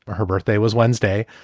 her birthday was wednesday.